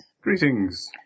Greetings